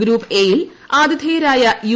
group A യിൽ ആതിഥേയരായ U